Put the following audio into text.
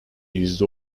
yüzde